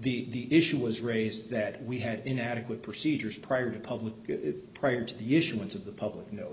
the issue was raised that we had inadequate procedures prior to public prior to the issue of the public no